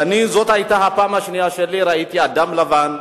וזאת היתה הפעם השנייה שלי שראיתי אדם לבן.